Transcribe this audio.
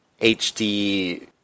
HD